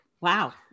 Wow